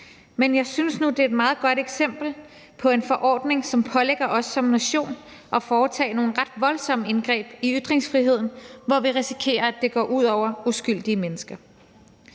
men jeg synes nu, det er et meget godt eksempel på en forordning, som pålægger os som nation at foretage nogle ret voldsomme indgreb i ytringsfriheden, hvor vi risikerer, at det går ud over uskyldige mennesker.